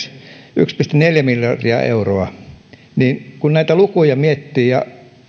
pilkku neljä miljardia euroa kun näitä lukuja ja